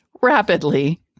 rapidly